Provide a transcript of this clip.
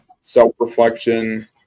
self-reflection